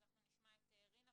אז אנחנו נשמע את רינה,